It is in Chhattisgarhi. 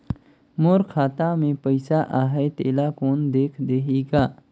मोर खाता मे पइसा आहाय तेला कोन देख देही गा?